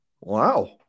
Wow